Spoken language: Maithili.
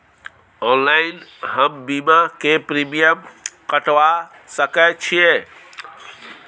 ऑनलाइन हम बीमा के प्रीमियम कटवा सके छिए?